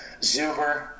Zuber